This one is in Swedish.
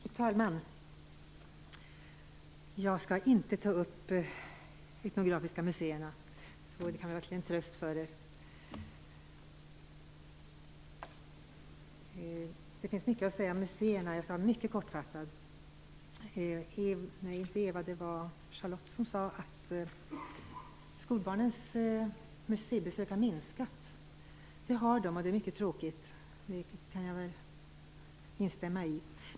Fru talman! Jag skall inte ta upp de etnografiska museerna. Det kan väl vara en tröst för alla här. Det finns mycket att säga om museerna. Jag skall vara mycket kortfattad. Charlotta L Bjälkebring sade att skolbarnens museibesök har minskat. Det har de, och det är mycket tråkigt, det kan jag instämma i.